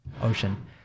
ocean